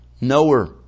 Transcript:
knower